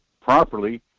properly